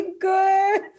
good